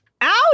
out